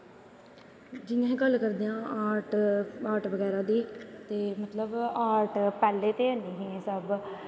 जियां अस गल्ल करदेआं आं आर्ट बगैरा दी ते आर्ट पैह्लें ते ऐनी ही